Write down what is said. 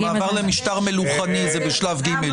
זה מעבר למשטר מלוכני זה בשלב ג'.